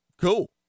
cool